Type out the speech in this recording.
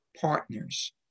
partners